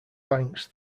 banks